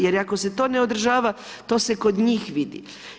Jer ako se to ne održava, to se kod njih vidi.